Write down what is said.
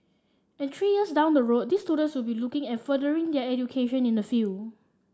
and three years down the road these students will be looking at furthering their education in the field